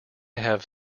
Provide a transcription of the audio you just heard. have